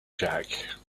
jack